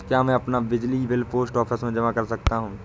क्या मैं अपना बिजली बिल पोस्ट ऑफिस में जमा कर सकता हूँ?